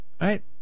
Right